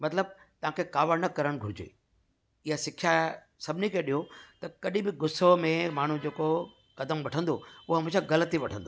मतिलबु तव्हांखे कावड़ न करण घुरिजे इहा सिखया सभिनी खे ॾियो त कॾहिं बि गुस्सो में माण्हू जो जेको कदमु वठंदो उहो हमेशह ग़लति ई वठंदो